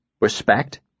Respect